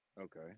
Okay